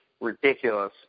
ridiculous